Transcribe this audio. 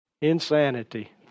Insanity